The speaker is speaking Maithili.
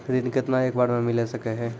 ऋण केतना एक बार मैं मिल सके हेय?